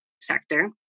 sector